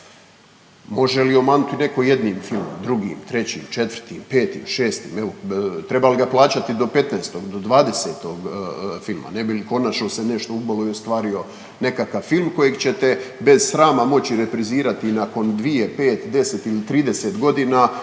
Može li omanut neko jednim filmom, drugim, trećim, četvrtim, petim, šestim evo? Treba li ga plaćat do 15. do 20. filma ne bi li konačno se nešto ubolo i ostvarilo nekakav film kojeg ćete bez srama moći reprizirati nakon dvije, pet, deset ili 30 godina